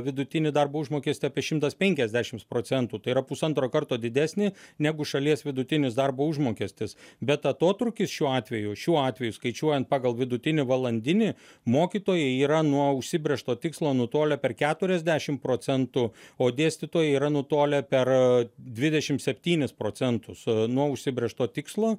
vidutinį darbo užmokestį apie šimtas penkiasdešims procentų tai yra pusantro karto didesnį negu šalies vidutinis darbo užmokestis bet atotrūkis šiuo atveju šiuo atveju skaičiuojant pagal vidutinį valandinį mokytojai yra nuo užsibrėžto tikslo nutolę per keturiasdešim procentų o dėstytojai yra nutolę per dvidešim septynis procentus nuo užsibrėžto tikslo